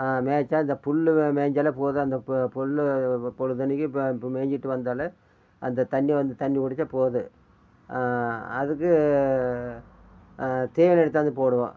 மேய்ச்சா இந்த புல் மேய்ஞ்சாலே போதும் அந்த பு புல் பொழுதெனைக்கு இப்போ இப்போ மேய்ஞ்சிட்டு வந்தாலே அந்த தண்ணி வந்து தண்ணி குடிச்சா போதும் அதுக்கு தீவனம் எடுத்தாந்து போடுவோம்